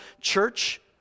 church